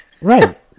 Right